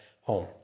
home